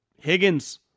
Higgins